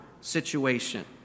situation